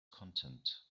content